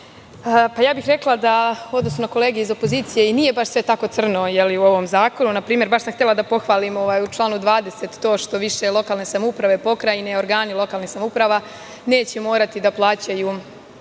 rekla bih da u odnosu na kolege iz opozicije i nije baš sve tako crno u ovom zakonu, na primer, baš sam htela da pohvalim, u članu 20. to što više lokalne samouprave, pokrajine i organi lokalnih samouprava neće morati da plaćaju